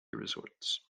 resorts